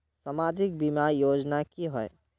सामाजिक बीमा योजना की होय?